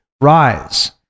rise